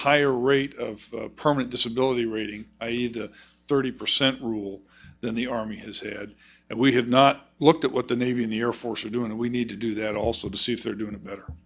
higher rate of permanent disability rating i e the thirty percent rule than the army has said that we have not looked at what the navy and the air force are doing and we need to do that also to see if they're doing a better